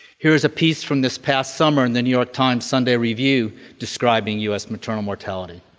here is a piece from this past summer in the new york times sunday review describing us maternal mortality.